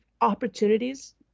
opportunities